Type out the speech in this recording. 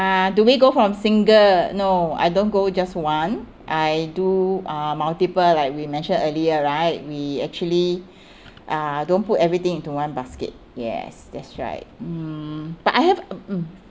uh do we go from single no I don't go just one I do uh multiple like we mentioned earlier right we actually uh don't put everything into one basket yes that's right mm but I have mm mm